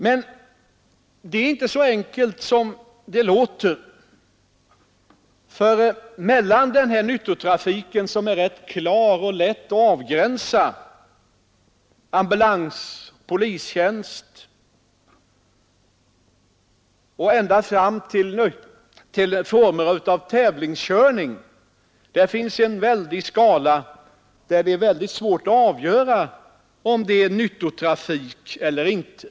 Men det är inte så enkelt som det låter, för mellan den här nyttotrafiken som är rätt klar och lätt att avgränsa — t. och polistjänst och ända fram till former av tävlingskörning finns en bred skala där det är väldigt svårt att avgöra om det är fråga om nyttotrafik eller inte.